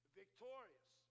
victorious